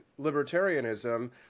libertarianism